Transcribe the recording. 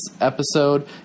episode